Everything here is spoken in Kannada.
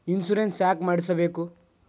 ಇನ್ಶೂರೆನ್ಸ್ ಯಾಕ್ ಮಾಡಿಸಬೇಕು?